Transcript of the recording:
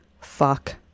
fuck